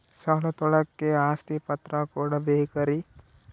ಸಾಲ ತೋಳಕ್ಕೆ ಆಸ್ತಿ ಪತ್ರ ಕೊಡಬೇಕರಿ?